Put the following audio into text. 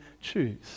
choose